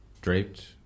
draped